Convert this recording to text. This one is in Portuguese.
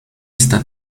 está